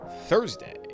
thursday